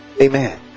amen